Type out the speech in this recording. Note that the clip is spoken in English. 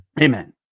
Amen